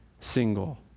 single